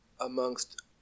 amongst